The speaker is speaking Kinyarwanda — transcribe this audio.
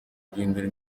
guhindura